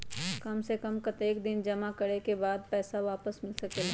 काम से कम कतेक दिन जमा करें के बाद पैसा वापस मिल सकेला?